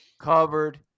covered